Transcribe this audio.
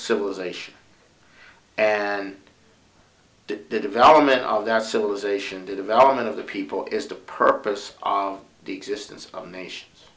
civilization and to the development of their civilization the development of the people is the purpose of the existence of nations